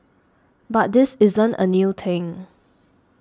but this isn't a new thing